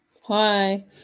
Hi